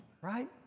right